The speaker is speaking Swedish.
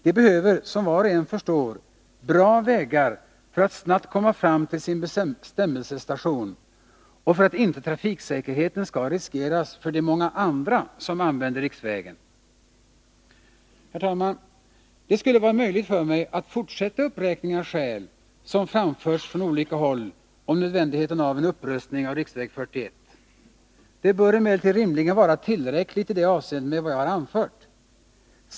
De behöver, som var och en förstår, bra vägar för att snabbt komma fram till sin bestämmelsestation och för att inte trafiksäkerheten skall riskeras för de många andra som använder riksvägen. Herr talman! Det skulle vara möjligt för mig att fortsätta uppräkningen av skäl som framförs från olika håll om nödvändigheten av en upprustning av riksväg 41. Det bör emellertid rimligen vara tillräckligt i det avseendet med vad jag anfört.